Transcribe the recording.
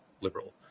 liberal